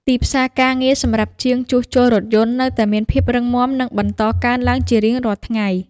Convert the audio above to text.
ទីផ្សារការងារសម្រាប់ជាងជួសជុលរថយន្តនៅតែមានភាពរឹងមាំនិងបន្តកើនឡើងជារៀងរាល់ថ្ងៃ។